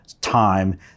time